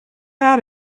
out